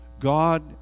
god